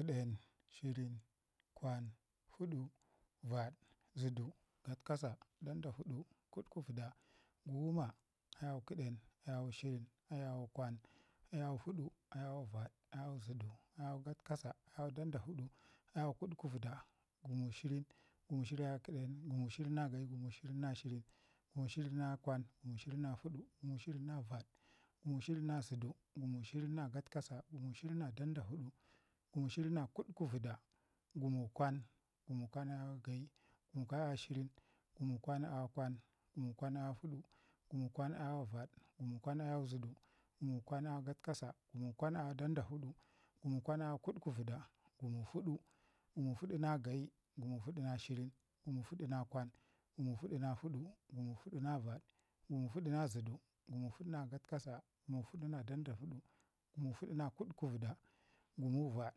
Kəden, shirin, kwan, fudu, vaɗ, zədu, gatkasa, ɗandafudu, gutkuvaɗa, guma, ayawu keden, ayawu shirin, ayawu kwan, ayawu fuɗu, ayawu vaɗ, ayawu zədu, ayawu hatkasa, ayawu dandafudu, ayawu gutkuvəda, gumu shirin, gumu shirin na kəden, gumu shirin na gayi, gumu shirin shirin, gumu shirin na fudu, gumu shirin na vaɗ, gumu shirin na zədu, gumu shirin na gatkasa, gumu shirin na dandafudu, gumu shirin na gutkuvaɗa, gumu kwan, gumu kwan na gayi, gumu kwan aya shirin, kumu kwan aya kwan, guma kwan aya fudu, guma kwan aya vaɗ, gumu kwan aya zədu, gumu kwan aya gatkasa, gumu kwan aya dandafudu, gumu kwan aya vaɗ, gumu kwan aya zədu, gumu kwan aya gatkasa, gumu kwan aya dandafudu, gumu kwan aya kutkuvada, gumu fudu, gumu fudu na gayi, gumu fudu na shirin, gumu fuda na kwan, gumu fuda na fudu, gumu fudu na vaɗ, gumu fudu na zədu, gumu fada na gatkasa, gumu fudu na dandafudu, gumu fudu na kutkuvada, gumu vaɗ,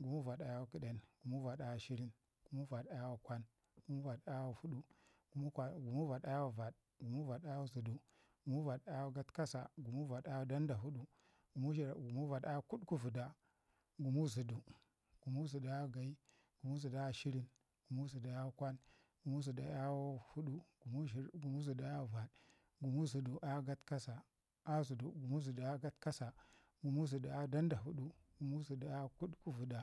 gumu vaɗ aya kəden, guma vaɗa aya shirin, guma vaɗ aya kwan, guma vaɗ aya fudu, gumu kwan, gumu vaɗ aya vaɗ, guma vaɗ aya zədu, gumu vaɗ aya gatkasa, guma vaɗ aya dandafudu, gumu she guma vaɗ aya nya gutku vəda, gumu zədu, gumu zədu aya gayi, gumu zədu aya shirin, gumu zədu aya kwan, gumu zədu aya fudu, gumu shi gəmu zədu aya vaɗ, gumu zədu aya gatkasa aya zədu, gumu zədu aya gatkasa, gumu zədu aya dandafudu, gumu zədu aya gutkəvada.